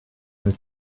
that